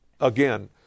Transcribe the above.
again